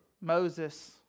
Moses